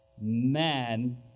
man